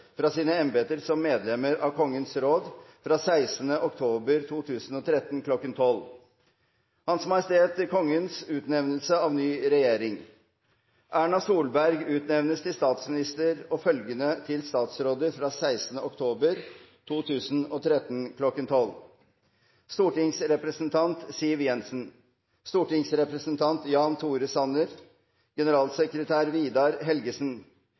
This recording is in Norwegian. fra sine embeter som medlemmer av Kongens råd fra 16. oktober 2013 klokken 1200. Hans Majestet Kongens utnevnelse av ny regjering: Erna Solberg utnevnes til statsminister og følgende til statsråder fra 16. oktober 2013 klokken 1200: Stortingsrepresentant Siv Jensen Stortingsrepresentant Jan Tore Sanner Generalsekretær Vidar Helgesen